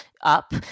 up